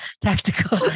tactical